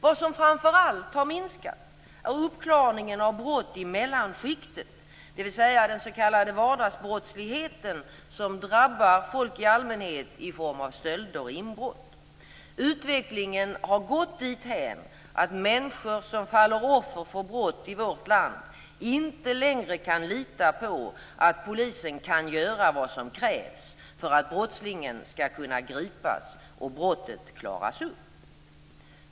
Vad som framför allt har minskat är uppklarningen av brott i mellanskiktet, dvs. den s.k. vardagsbrottsligheten, som drabbar folk i allmänhet i form av stölder och inbrott. Utvecklingen har gått dithän att människor som faller offer för brott i vårt land inte längre kan lita på att polisen kan göra vad som krävs för att brottslingen skall kunna gripas och brottet klaras upp.